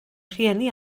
rhieni